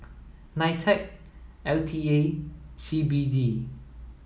NITEC L T A and C B D